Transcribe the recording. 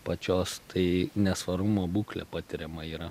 pačios tai nesvarumo būklė patiriama yra